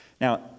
Now